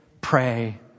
pray